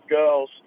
girls